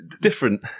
different